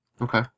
Okay